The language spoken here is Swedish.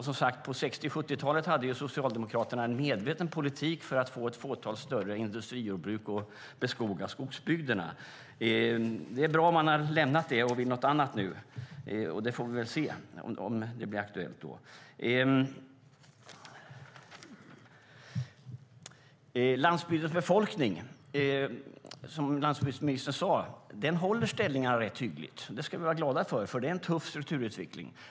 Som sagt, på 60 och 70-talen hade Socialdemokraterna en medveten politik för att skapa ett fåtal större industrijordbruk och beskoga skogsbygderna. Det är bra om man har lämnat det och vill något annat nu. Vi får väl se om det blir aktuellt. Landsbygdens befolkning håller ställningarna rätt hyggligt, som landsbygdsministern sade. Det ska vara vi glada för, för det är en tuff strukturutveckling.